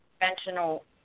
conventional